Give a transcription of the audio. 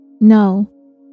No